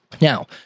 Now